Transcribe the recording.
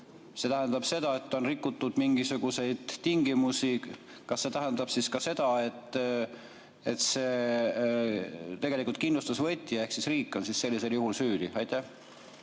see tähendab seda, et on rikutud mingisuguseid tingimusi, kas see tähendab siis ka seda, et tegelikult kindlustusvõtja ehk siis riik on sellisel juhul süüdi? Aitäh!